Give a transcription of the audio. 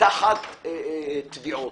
תחת תביעות,